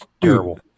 terrible